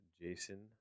Jason